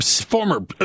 former